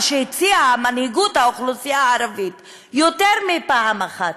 שהציעה מנהיגות האוכלוסייה הערבית יותר מפעם אחת,